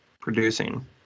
producing